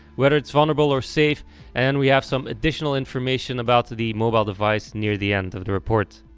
whether it's vulnerable or safe and we have some additional information about the the mobile device near the end of the report.